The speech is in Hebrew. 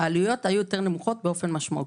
העלויות היו יותר נמוכות באופן משמעותי.